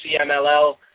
CMLL